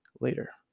later